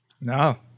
No